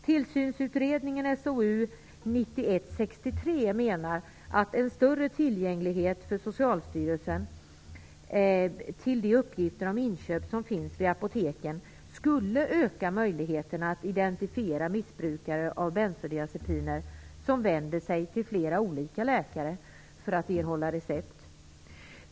Tillsynsutredningen, SOU 1991:63, menar att en större tillgänglighet för Socialstyrelsen till de uppgifter om inköp som finns vid apoteken skulle öka möjligheterna att identifiera missbrukare av bensodiazepiner som vänder sig till flera olika läkare för att erhålla recept.